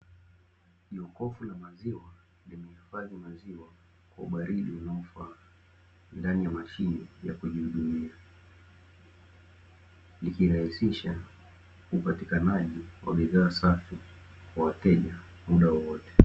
Jokofu la maziwa limehifadhi maziwa kwa ubaridi unaofaa, ndani ya mashine ya kujihudumia, likirahisisha upatikanaji wa bidhaa safi kwa wateja muda wowote.